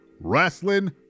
Wrestling